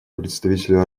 представителю